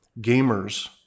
gamers